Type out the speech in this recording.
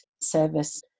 service